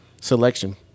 selection